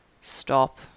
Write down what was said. stop